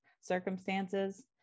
circumstances